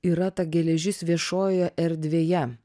yra ta geležis viešojoje erdvėje